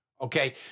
okay